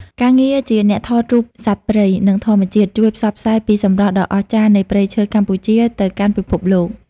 ការងារជាអ្នកថតរូបសត្វព្រៃ និងធម្មជាតិ ជួយផ្សព្វផ្សាយពីសម្រស់ដ៏អស្ចារ្យនៃព្រៃឈើកម្ពុជាទៅកាន់ពិភពលោក។